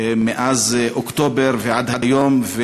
מאז אוקטובר ועד היום,